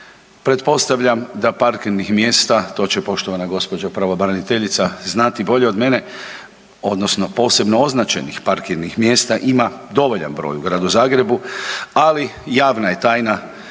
pretpostavljam da parkirnih mjesta, to će poštovana gospođa pravobraniteljica znati bolje od mene odnosno posebno označenih parkirnih mjesta ima dovoljan broj u Gradu Zagrebu, ali javna je tajna